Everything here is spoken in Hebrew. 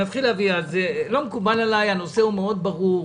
הנושא מאוד ברור,